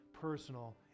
personal